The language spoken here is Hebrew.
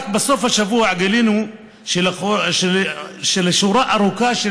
רק בסוף השבוע גילינו שלשורה ארוכה של